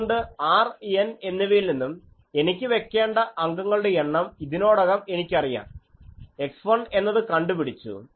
അതുകൊണ്ട് R N എന്നിവയിൽ നിന്നും എനിക്ക് വെയ്ക്കേണ്ട അംഗങ്ങളുടെ എണ്ണം ഇതിനോടകം എനിക്കറിയാം x1 എന്നത് കണ്ടുപിടിച്ചു